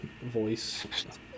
voice